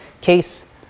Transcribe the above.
case